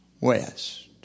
west